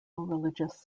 religious